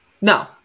No